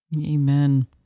Amen